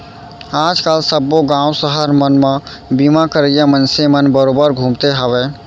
आज काल सब्बो गॉंव सहर मन म बीमा करइया मनसे मन बरोबर घूमते हवयँ